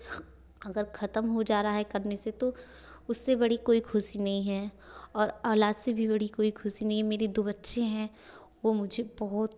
अगर ख़त्म हो जा रहा है करने से तो उससे बड़ी कोई खुशी नहीं है और औलाद से भी से बड़ी कोई खुशी नहीं है मेरे दो बच्चे हैं वे मुझे बहुत